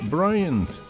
Bryant